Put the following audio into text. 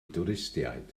dwristiaid